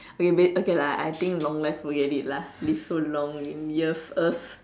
you ba~ okay lah I think long life forget it lah live so long you in years years